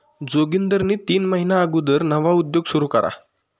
जोगिंदरनी तीन महिना अगुदर नवा उद्योग सुरू करा